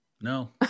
no